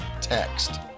text